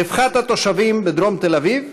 רווחת התושבים בדרום תל אביב?